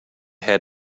had